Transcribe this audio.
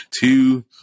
Two